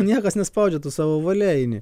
niekas nespaudžia tu savo valia eini